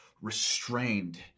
restrained